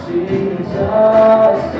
Jesus